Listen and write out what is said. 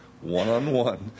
one-on-one